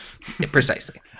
Precisely